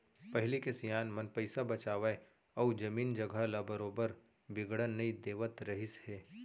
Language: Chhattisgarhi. पहिली के सियान मन पइसा बचावय अउ जमीन जघा ल बरोबर बिगड़न नई देवत रहिस हे